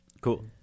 cool